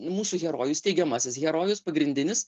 mūsų herojus teigiamasis herojus pagrindinis